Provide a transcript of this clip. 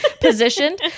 positioned